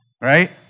right